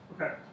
Okay